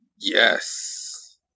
Yes